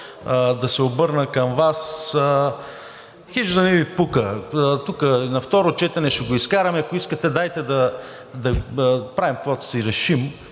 да се обърна към Вас – хич да не Ви пука, тук на второ четене ще го изкараме, ако искате, дайте да правим, каквото си решим,